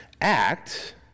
act